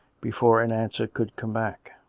before an answer could come back.